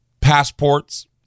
passports